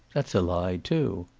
that's a lie, too.